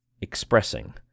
expressing